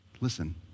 Listen